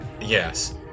Yes